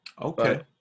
Okay